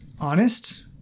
honest